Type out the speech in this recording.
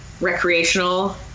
recreational